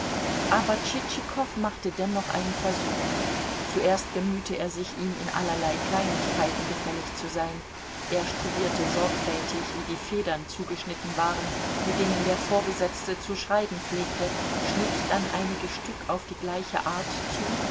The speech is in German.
aber tschitschikow machte dennoch einen versuch zuerst bemühte er sich ihm in allerlei kleinigkeiten gefällig zu sein er studierte sorgfältig wie die federn zugeschnitten waren mit denen der vorgesetzte zu schreiben pflegte schnitt dann einige stück auf die gleiche art zu